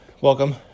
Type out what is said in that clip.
Welcome